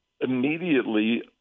immediately